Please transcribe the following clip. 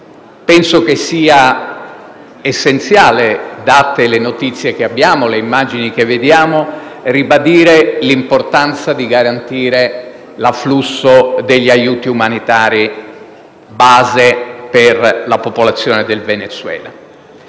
Penso che, date le notizie che abbiamo e le immagini che vediamo, sia essenziale ribadire l'importanza di garantire l'afflusso degli aiuti umanitari base per la popolazione del Venezuela.